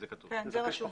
זה כתוב.